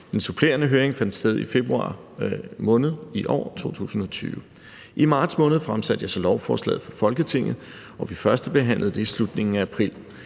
Den supplerende høring fandt sted i februar måned i år, 2020. I marts måned fremsatte jeg så lovforslaget for Folketinget, og vi førstebehandlede det i slutningen af april.